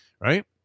Right